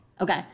okay